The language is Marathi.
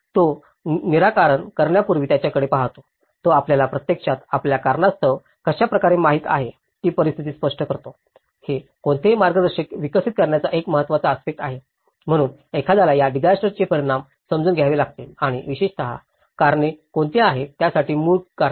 तो निराकरण करण्यापूर्वी त्याकडे पहातो तो आपल्याला प्रत्यक्षात आपल्या कारणास्तव कशा प्रकारे माहित आहे याची परिस्थिती स्पष्ट करतो हे कोणतेही मार्गदर्शन विकसित करण्याचा एक महत्वाचा आस्पेक्ट आहे म्हणून एखाद्याला या डिसायस्टरंचे परिणाम समजून घ्यावे लागतील आणि विशेषत कारणे कोणती आहेत त्यासाठी मूळ कारणे